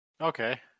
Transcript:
Okay